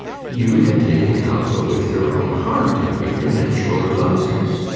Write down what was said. you had taken counsel with your own heart and with your natural advisers.